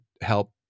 help